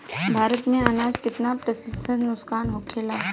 भारत में अनाज कितना प्रतिशत नुकसान होखेला?